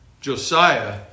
Josiah